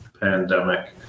pandemic